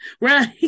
Right